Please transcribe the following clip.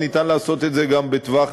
וניתן לעשות את זה גם בטווח